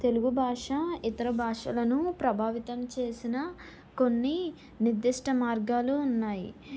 తెలుగు భాష ఇతర భాషలను ప్రభావితం చేసిన కొన్ని నిర్దిష్ట మార్గాలు ఉన్నాయి